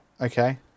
okay